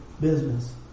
business